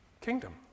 kingdom